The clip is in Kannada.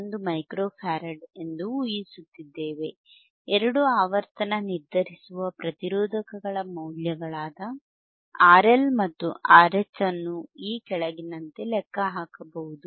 1 ಮೈಕ್ರೋ ಫ್ಯಾರಡ್ ಎಂದು ಊಹಿಸುತ್ತಿದ್ದೇವೆ ಎರಡು ಆವರ್ತನ ನಿರ್ಧರಿಸುವ ಪ್ರತಿರೋಧಕಗಳ ಮೌಲ್ಯಗಳಾದ RL ಮತ್ತು RH ಅನ್ನು ಈ ಕೆಳಗಿನಂತೆ ಲೆಕ್ಕಹಾಕಬಹುದು